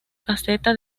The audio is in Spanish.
caseta